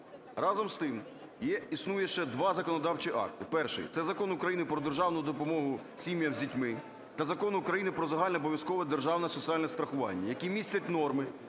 Разом з тим, існує ще два законодавчі акти. Перший – це Закон України "Про державну допомогу сім'ям з дітьми" та Закон України "Про загальнообов'язкове державне соціальне страхування", які містять норми,